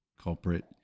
culprit